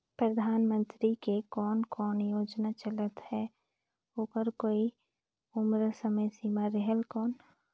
परधानमंतरी के कोन कोन योजना चलत हे ओकर कोई उम्र समय सीमा रेहेल कौन?